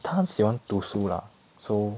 她很喜欢读书 lah so